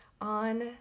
on